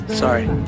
Sorry